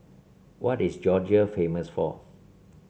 what is Georgia famous for